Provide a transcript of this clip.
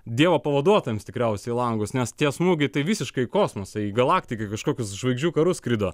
dievo pavaduotojams tikriausiai į langus nes tie smūgiai tai visiškai į kosmosą į galaktiką į kažkokius žvaidžių karus skrido